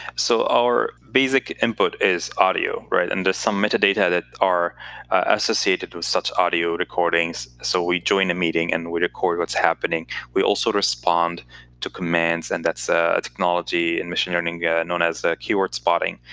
so our basic input is audio. and there's some metadata that are associated with such audio recordings. so we join the meeting, and we record what's happening. we also respond to commands. and that's ah technology in machine learning known as keyword spotting.